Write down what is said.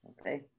okay